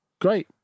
great